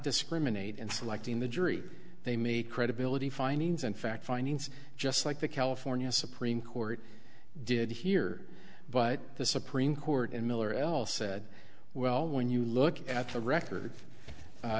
discriminate in selecting the jury they made credibility findings and fact findings just like the california supreme court did here but the supreme court in miller l said well when you look at the record